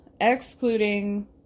excluding